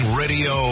radio